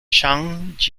zhang